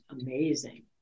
amazing